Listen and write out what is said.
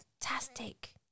fantastic